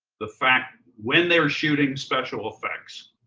the fact when they are shooting special effects,